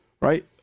right